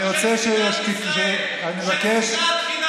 אתה מקדם הכי גדול של שנאת ישראל, של שנאת חינם.